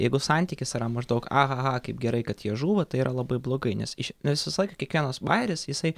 jeigu santykis yra maždaug a ha ha kaip gerai kad jie žuvo tai yra labai blogai nes iš nes visą laiką kiekvienas bajeris jisai